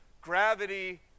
Gravity